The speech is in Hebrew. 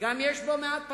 יש גם מעט פחמימות,